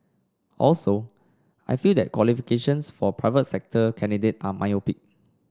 also I feel that the qualifications for a private sector candidate are myopic